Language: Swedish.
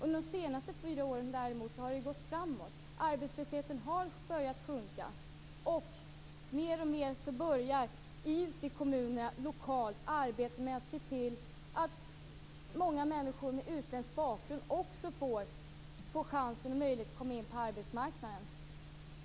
Under de senaste fyra åren däremot har det gått framåt. Arbetslösheten har börjat sjunka, och mer och mer börjar ute i kommunerna, lokalt, ett arbete med att se till att många människor med utländsk bakgrund också får en chans, en möjlighet, att komma in på arbetsmarknaden.